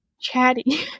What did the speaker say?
chatty